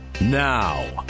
now